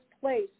place